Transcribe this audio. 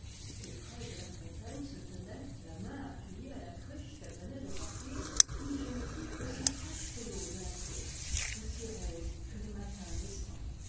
et près de la fontaine se tenait la maini appuyée à la cruche qu'elle venait de remplir une jeune fille aussi fraîche que l'eau de la source aussi rose que le matin naissant